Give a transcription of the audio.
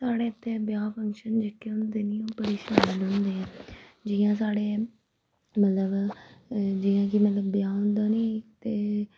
साढ़ै इत्थे ब्याह् फंगशन जेह्के होंदे न बड़े शैल होंदे ऐ जियां साढ़े मतलब जियां कि मतलब ब्याह् होंदा नि ते